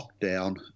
lockdown